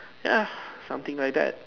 ya something like that